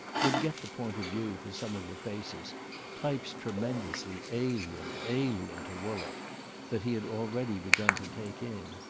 would get the point of view for some of the faces types tremendously alien, alien to woollett that he had already begun to take in.